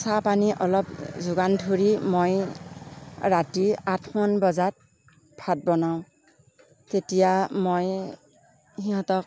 চাহ পানী অলপ যোগান ধৰি মই ৰাতি আঠমান বজাত ভাত বনাওঁ তেতিয়া মই সিহঁতক